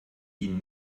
ihnen